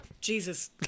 Jesus